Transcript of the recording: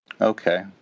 okay